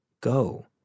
go